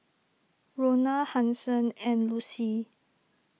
Rona Hanson and Lucy